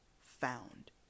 found